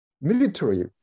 military